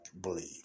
believe